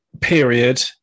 period